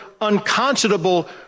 unconscionable